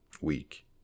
week